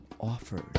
offers